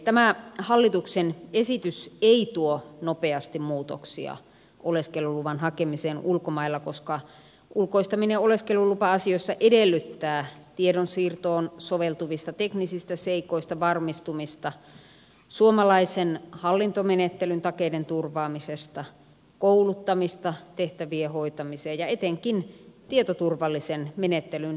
tämä hallituksen esitys ei tuo nopeasti muutoksia oleskeluluvan hakemiseen ulkomailla koska ulkoistaminen oleskelulupa asioissa edellyttää tiedonsiirtoon soveltuvista teknisistä seikoista varmistumista suomalaisen hallintomenettelyn takeiden turvaamista kouluttamista tehtävien hoitamiseen ja etenkin tietoturvallisen menettelyn varmistamista